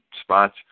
spots